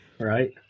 Right